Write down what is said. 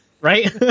right